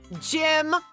jim